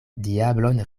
diablon